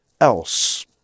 else